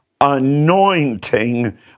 anointing